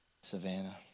Savannah